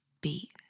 beat